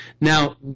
Now